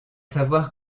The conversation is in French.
savoir